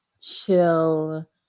chill